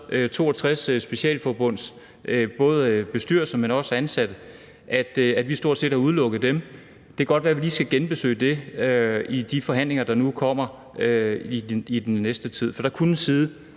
62 specialforbunds både bestyrelser, men også ansatte, og vi kan se, at vi stort set har udelukket dem. Det kan godt være, at vi lige skal genbesøge det i de forhandlinger, der nu kommer i den kommende tid, for der kunne sidde